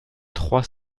trois